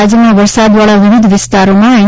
રાજ્યમાં વરસાદવાળા વિવિધ વિસ્તારોમાં એન